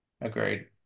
Agreed